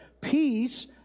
Peace